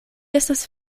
estas